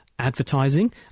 Advertising